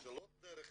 של עוד דרך